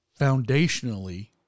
foundationally